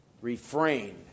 refrain